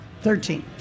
Thirteen